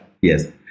Yes